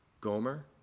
Gomer